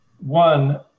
one